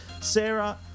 Sarah